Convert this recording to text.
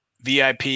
VIP